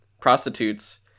prostitutes